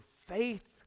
faith